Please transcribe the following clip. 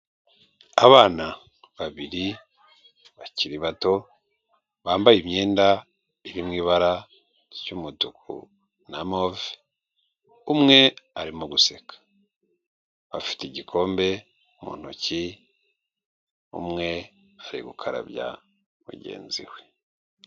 Abana babiri bakiri bato bambaye imyenda iri mu ibara ry'umutuku na move, umwe arimo guseka, afite igikombe mu ntoki umwe ari gukarabya mugenzi we.